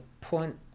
point